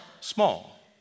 small